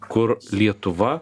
kur lietuva